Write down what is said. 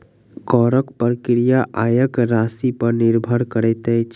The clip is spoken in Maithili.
करक प्रक्रिया आयक राशिपर निर्भर करैत अछि